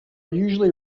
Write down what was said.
usually